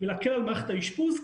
ולהקל על מערכת האשפוז,